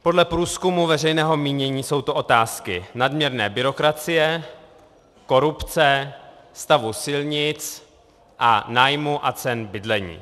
Podle průzkumu veřejného mínění jsou to otázky nadměrné byrokracie, korupce, stavu silnic a nájmů a cen bydlení.